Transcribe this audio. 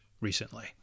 recently